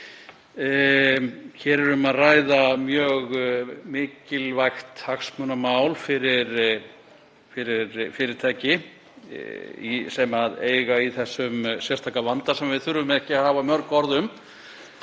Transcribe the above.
Um er að ræða mjög mikilvægt hagsmunamál fyrir fyrirtæki sem eiga í þessum sérstaka vanda sem við þurfum ekki að hafa mörg orð um